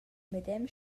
medem